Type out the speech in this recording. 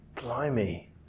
Blimey